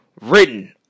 written